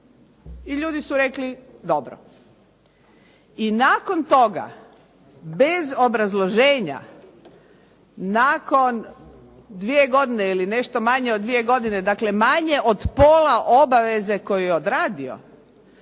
I ljudi su rekli dobro. I nakon toga bez obrazloženja nakon 2 godine ili nešto manje od 2 godine, dakle manje od pola obaveze koju je odradio